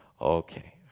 Okay